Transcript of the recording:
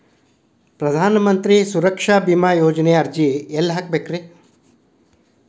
ಪ್ರಧಾನ ಮಂತ್ರಿ ಸುರಕ್ಷಾ ಭೇಮಾ ಯೋಜನೆ ಅರ್ಜಿ ಎಲ್ಲಿ ಹಾಕಬೇಕ್ರಿ?